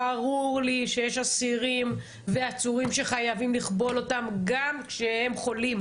ברור לי שיש אסירים ועצורים שחייבים לכבול אותם גם כשהם חולים,